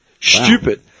stupid